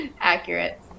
accurate